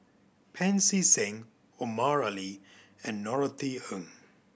Pancy Seng Omar Ali and Norothy Ng